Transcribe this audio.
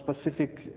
specific